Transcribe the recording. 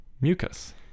mucus